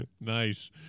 nice